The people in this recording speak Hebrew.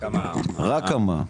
רק המע"מ.